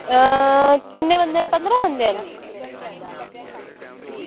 किन्ने बंदे न पंदरां बंदे न